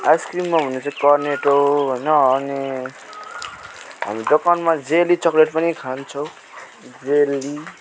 आइसक्रिममा हुने चाहिँ कर्नेटो होइन अनि हामी दोकानमा जेली चकलेट पनि खान्छौँ जेली